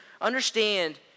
understand